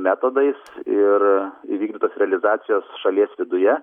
metodais ir įvykdytos realizacijos šalies viduje